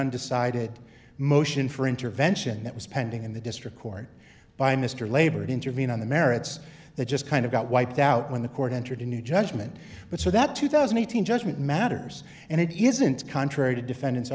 undecided motion for intervention that was pending in the district court by mr labor to intervene on the merits that just kind of got wiped out when the court entered a new judgment but so that two thousand eight hundred matters and it isn't contrary to defendant